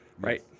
Right